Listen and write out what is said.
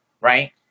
right